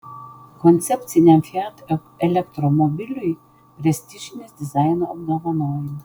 koncepciniam fiat elektromobiliui prestižinis dizaino apdovanojimas